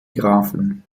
graphen